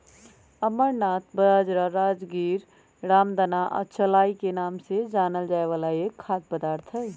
amaranth बाजरा, राजगीरा, रामदाना या चौलाई के नाम से जानल जाय वाला एक खाद्य पदार्थ हई